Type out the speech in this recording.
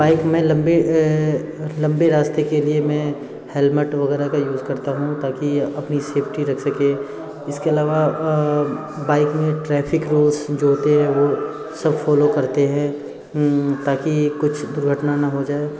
bike में लंबे लंबे रास्ते के लिए मैं हेलमेट वग़ैरह का यूज़ करता हूँ ताकि अपनी सेफ्टी रख सकें इसके अलावा बाइक में ट्रैफिक रूल्स जो होते हैं वो सब फॉलो करते हैं ताकि कुछ दुर्घटना ना हो जाए